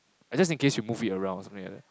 just in case you move it around something like that